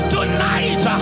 Tonight